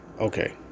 Okay